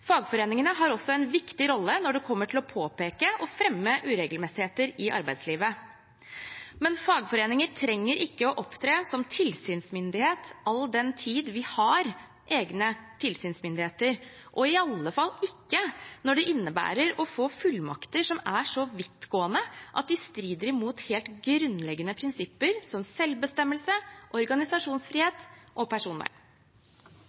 Fagforeningene har også en viktig rolle når det kommer til å påpeke og fremme uregelmessigheter i arbeidslivet. Men fagforeninger trenger ikke å opptre som tilsynsmyndighet, all den tid vi har egne tilsynsmyndigheter, og i alle fall ikke når det innebærer å få fullmakter som er så vidtgående at de strider mot helt grunnleggende prinsipper som selvbestemmelse,